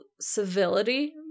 civility